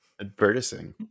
Advertising